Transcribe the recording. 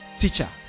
teacher